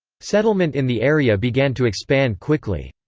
settlement in the area began to expand quickly.